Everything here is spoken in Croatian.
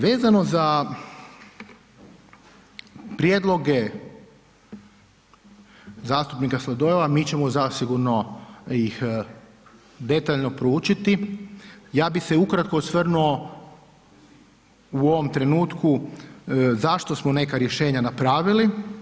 Vezano za prijedloge zastupnika Sladoljeva, mi ćemo zasigurno ih detaljno proučiti, ja bi se ukratko osvrnuo u ovom trenutku zašto smo neka rješenja napravili.